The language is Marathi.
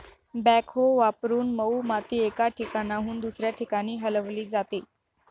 बॅकहो वापरून मऊ माती एका ठिकाणाहून दुसऱ्या ठिकाणी हलवली जाते